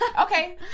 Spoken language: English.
Okay